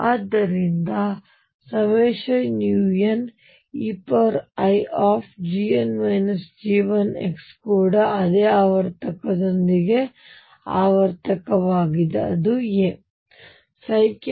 ಮತ್ತು ಆದ್ದರಿಂದ nuneixಕೂಡ ಅದೇ ಆವರ್ತಕತೆಯೊಂದಿಗೆ ಆವರ್ತಕವಾಗಿದೆ ಅದು a